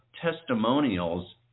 testimonials